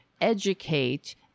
educate